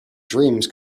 dreams